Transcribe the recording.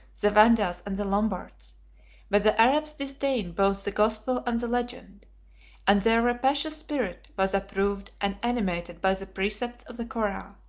the vandals, and the lombards but the arabs disdained both the gospel and the legend and their rapacious spirit was approved and animated by the precepts of the koran.